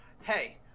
Hey